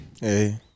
Hey